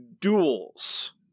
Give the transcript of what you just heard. duels